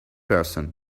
person